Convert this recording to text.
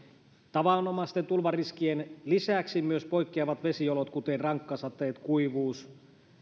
tavanomaisten tulvaris kien lisäksi myös poikkeavat vesiolot kuten rankkasateet kuivuus